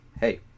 hey